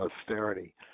austerity